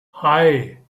hei